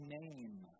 name